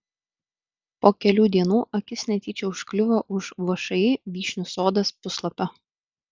po kelių dienų akis netyčia užkliuvo už všį vyšnių sodas puslapio